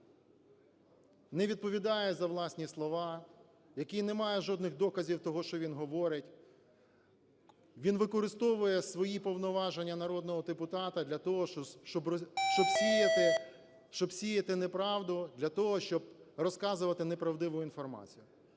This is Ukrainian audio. не відповідає за власні слова, який не має жодних доказів того, що він говорить. Він використовує свої повноваження народного депутата для того, щоб сіяти неправду, для того, щоб розказувати неправдиву інформацію.